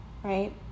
Right